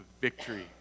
victory